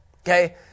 Okay